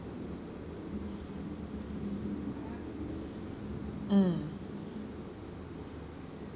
mm